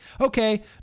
Okay